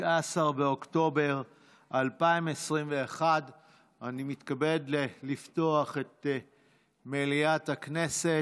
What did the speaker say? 19 באוקטובר 2021. אני מתכבד לפתוח את מליאת הכנסת.